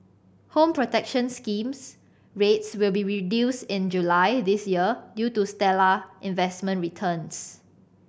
Home Protection Scheme rates will be reduced in July this year due to stellar investment returns